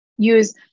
use